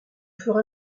fera